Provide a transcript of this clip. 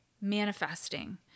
manifesting